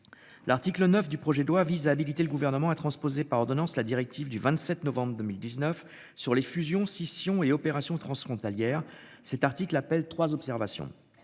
L'article 9 du projet de loi vise à limiter le gouvernement a transposé par Ordonnance la directive du 27 novembre 2019 sur les fusions scissions et opérations transfrontalières cet article appelle trois observations.